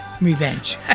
revenge